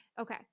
okay